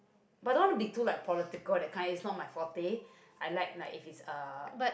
but don't want to be like too political that kind is not my forte I like like if it's a